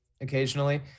occasionally